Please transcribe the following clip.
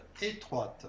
étroite